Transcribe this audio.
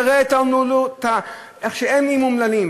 תראה איך הם נהיו אומללים,